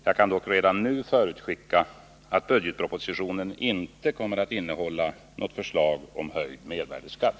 Jag kan dock redan nu förutskicka, att budgetpropositionen inte kommer att innehålla något förslag om höjd mervärdesskatt.